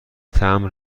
تمبر